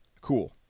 cool